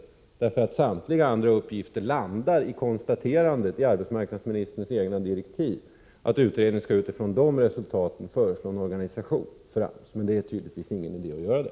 Beträffande samtliga andra uppgifter kommer man ju tillbaka till konstaterandet i arbetsmarknadsministerns egna direktiv, att utredningen utifrån sina resultat skall lägga fram förslag till en ny organisation för AMS. Men det är tydligen ingen idé att göra det.